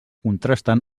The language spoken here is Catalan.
contrasten